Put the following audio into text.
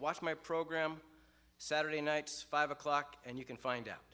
watch my program saturday nights five o'clock and you can find out